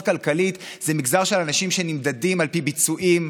כלכלית זה מגזר של אנשים שנמדדים על פי ביצועים,